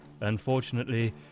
Unfortunately